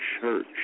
church